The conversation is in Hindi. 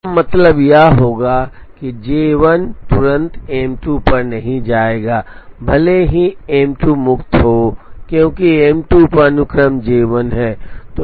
तो इसका मतलब यह होगा कि जे 1 तुरंत एम 2 पर नहीं जाएगा भले ही एम 2 मुक्त हो क्योंकि एम 2 पर अनुक्रम जे 1 है